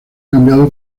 cambiado